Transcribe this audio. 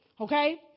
okay